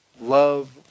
Love